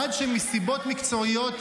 עד שמסיבות מקצועיות,